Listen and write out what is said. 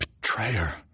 Betrayer